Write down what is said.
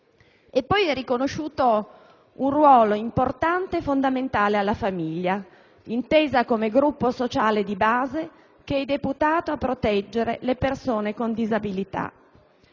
È poi riconosciuto un ruolo importante e fondamentale alla famiglia, intesa come gruppo sociale di base, deputata a proteggere le persone con disabilità.